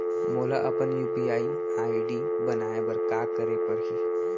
मोला अपन UPI ID बनाए बर का करे पड़ही?